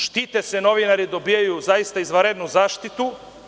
Štite se novinari dobijaju zaista dobru zaštitu.